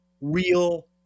real